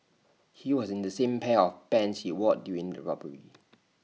he was in the same pair of pants he wore during the robbery